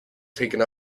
taken